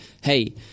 hey